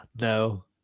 No